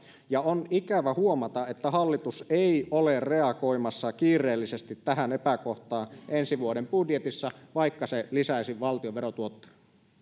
ja on ikävä huomata että hallitus ei ole reagoimassa kiireellisesti tähän epäkohtaan ensi vuoden budjetissa vaikka se lisäisi valtion verotuottoja